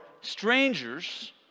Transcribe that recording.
strangers